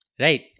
Right